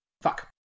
Fuck